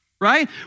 right